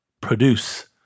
produce